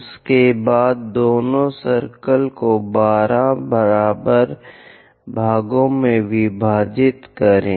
उसके बाद दोनों सर्कल को 12 बराबर भागों में विभाजित करें